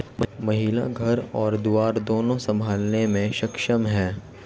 महिला घर और दफ्तर दोनो संभालने में सक्षम हैं